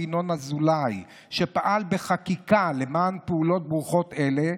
ינון אזולאי על שפעל בחקיקה למען פעולות ברוכות אלה,